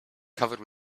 covered